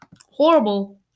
horrible